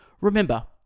remember